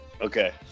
Okay